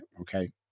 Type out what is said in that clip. okay